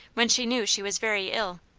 when she knew she was very ill.